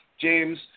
james